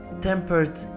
tempered